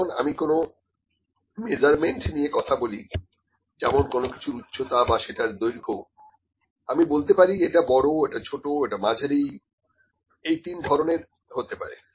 যখন আমি কোন মেজারমেন্ট নিয়ে কথা বলি যেমন কোন কিছুর উচ্চতা বা সেটার দৈর্ঘ্য আমি বলতে পারি যে এটা বড় এটা ছোট এটা মাঝারি এই তিন ধরনের হতে পারে